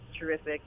terrific